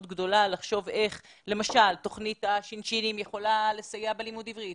גדולה לחשוב איך למשל תוכנית השינשינים יכולה לסייע בלימוד עברית,